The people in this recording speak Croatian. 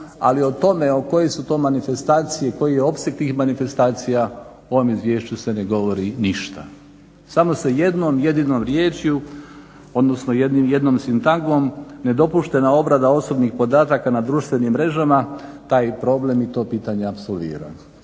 ali o tome koje su to manifestacije, koji je opseg tih manifestacija u ovom izvješću se ne govori ništa. Samo se jednom jedinom riječju, odnosno jednom sintagmom nedopuštena obrada osobnih podataka na društvenim mrežama taj problem i to pitanje apsolvira.